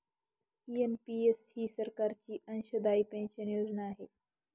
NPS ही सरकारची अंशदायी पेन्शन योजना आहे